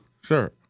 Sure